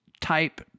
type